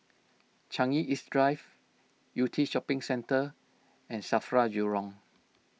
Changi East Drive Yew Tee Shopping Centre and Safra Jurong